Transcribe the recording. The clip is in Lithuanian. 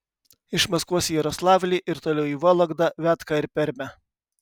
iš maskvos į jaroslavlį ir toliau į vologdą viatką ir permę